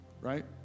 Right